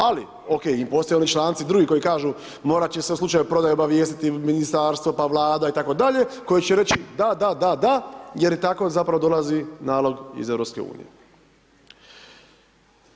Ali ok i postoje oni članci drugi koji kažu morat će se u slučaju prodaje obavijestiti ministarstvo, pa Vlada itd. koji će reći da, da, da jer tako zapravo dolazi nalog iz Europske unije.